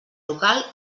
local